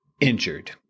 injured